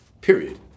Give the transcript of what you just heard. period